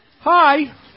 Hi